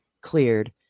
cleared